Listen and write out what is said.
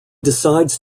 decides